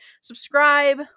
subscribe